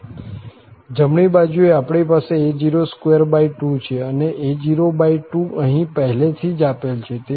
જમણી બાજુએ આપણી પાસે a022 છે અને a02 અહીં પહેલેથી જ આપેલ છે